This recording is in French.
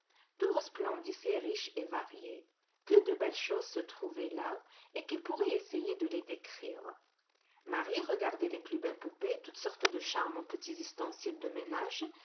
resplendissait riche et varié que de belles choses se trouvaient là et qui pourrait essayer de les décrire marie regardait les plus belles poupées toutes sortes de charmants petits ustensiles de ménage